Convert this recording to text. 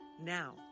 Now